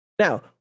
Now